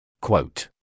Quote